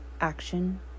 action